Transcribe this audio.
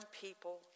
people